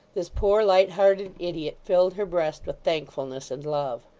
this poor light-hearted idiot filled her breast with thankfulness and love.